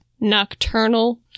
nocturnal